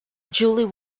julie